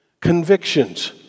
Convictions